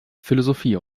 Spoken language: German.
philosophie